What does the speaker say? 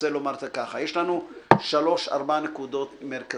אני רוצה לומר את זה ככה: יש לנו שלוש-ארבע נקודות מרכזיות,